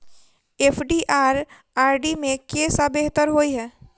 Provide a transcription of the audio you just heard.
FD आ RD मे केँ सा बेहतर होइ है?